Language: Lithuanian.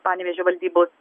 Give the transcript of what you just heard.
panevėžio valdybos